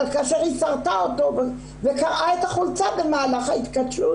אבל כאשר היא שרטה אותו וקרעה את החולצה במהלך ההתכתשות